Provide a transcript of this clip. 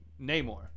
Namor